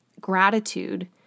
gratitude